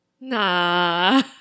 Nah